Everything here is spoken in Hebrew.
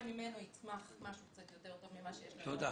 ממנו יצמח משהו קצת יותר טוב ממה שיש לנו היום.